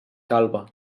calba